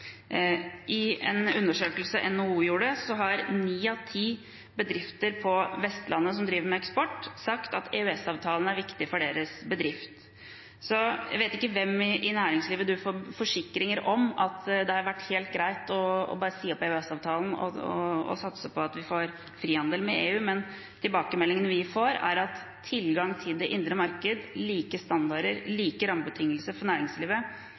I en undersøkelse NHO gjorde, har ni av ti bedrifter på Vestlandet som driver med eksport, sagt at EØS-avtalen er viktig for deres bedrift. Så jeg vet ikke hvem i næringslivet representanten får forsikringer fra om at det hadde vært helt greit å si opp EØS-avtalen og satse på at vi får frihandel med EU, men tilbakemeldingene vi får, er at tilgang til det indre marked, like standarder og like rammebetingelser for næringslivet